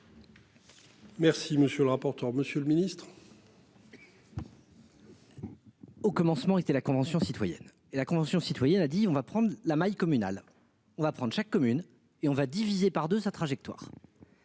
Merci monsieur le rapporteur. Monsieur le Ministre. Au commencement était la Convention citoyenne et la Convention citoyenne a dit on va prendre la maille communal. On va prendre chaque commune et on va diviser par 2. Sa trajectoire.